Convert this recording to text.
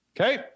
Okay